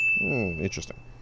interesting